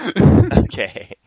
Okay